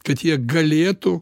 kad jie galėtų